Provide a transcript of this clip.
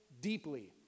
deeply